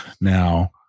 now